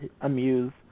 amuse